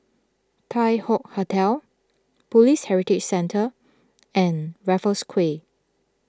Tai Hoe Hotel Police Heritage Centre and Raffles Quay